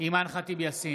אימאן ח'טיב יאסין,